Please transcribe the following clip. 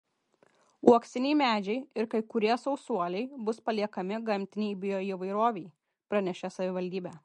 uoksiniai medžiai ir kai kurie sausuoliai bus paliekami gamtinei bioįvairovei pranešė savivaldybė